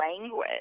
language